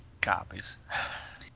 copies